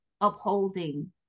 upholding